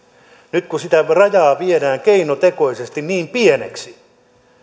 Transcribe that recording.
nyt kun sitä rajaa viedään keinotekoisesti niin pieneksi